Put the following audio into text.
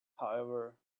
however